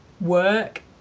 work